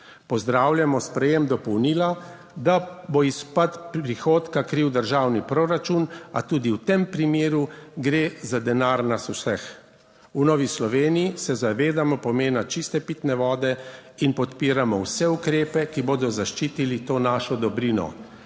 Pozdravljamo sprejem dopolnila, da bo izpad prihodka kril državni proračun, a tudi v tem primeru gre za denar nas vseh. V Novi Sloveniji se zavedamo pomena čiste pitne vode in podpiramo vse ukrepe, ki bodo zaščitili to našo dobrino.